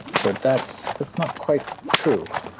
but that's that's not quite true.